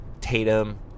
Tatum